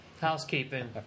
housekeeping